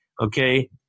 okay